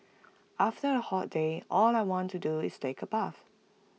after A hot day all I want to do is take A bath